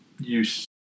use